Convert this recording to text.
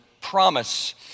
promise